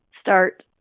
start